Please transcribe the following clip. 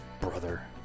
brother